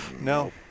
No